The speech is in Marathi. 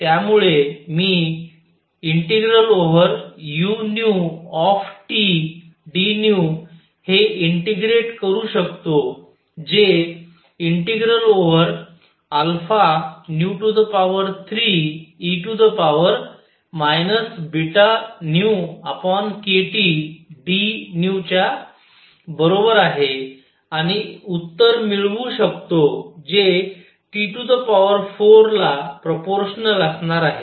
त्यामुळे मी ∫udν हे इंटिग्रेट करू शकतो जे ∫α3e βνkTdνच्या बरोबर आहे आणि उत्तर मिळवू शकतो जे T4ला प्रपोर्शनल असणार आहे